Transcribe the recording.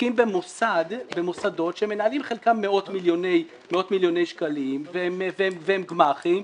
עוסקים במוסדות שמנהלים חלקם מאות מיליוני שקלים והם גמ"חים,